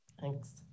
Thanks